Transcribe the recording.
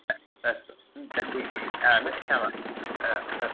अस्तु अस्तु तर्हि न यच्छामः